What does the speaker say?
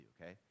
okay